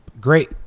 great